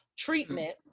treatment